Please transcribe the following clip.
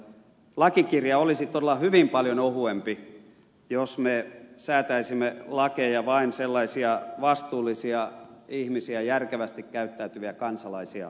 lakikirja olisi todella hyvin paljon ohuempi jos me säätäisimme lakeja vain sellaisia vastuullisia ihmisiä järkevästi käyttäytyviä kansalaisia varten